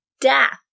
death